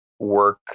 work